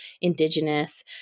indigenous